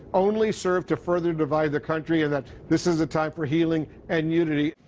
only serve to further divide the country, and that this is a time for healing and unity.